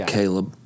Caleb